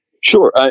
Sure